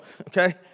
okay